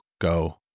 go